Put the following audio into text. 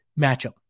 matchup